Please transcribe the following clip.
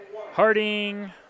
Harding